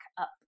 up